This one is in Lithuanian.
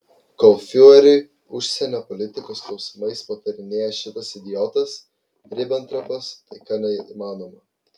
kol fiureriui užsienio politikos klausimais patarinėja šitas idiotas ribentropas taika neįmanoma